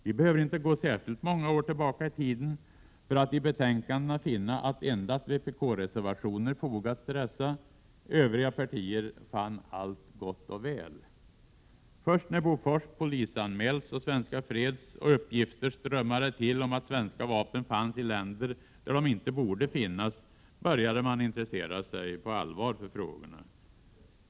Vi behöver inte gå särskilt många år tillbaka i tiden för att i betänkandena finna att endast vpk-reservationer fogats till dessa. Övriga partier fann allt gott och väl. Först sedan Bofors polisanmälts av Svenska fredsoch skiljedomsföreningen och sedan uppgifter strömmade till om att svenska vapen fanns i länder där de inte borde finnas började man intressera sig på allvar för frågorna.